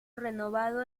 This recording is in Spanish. renovado